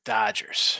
Dodgers